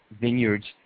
vineyards